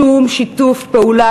שום שיתוף פעולה,